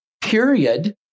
period